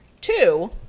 two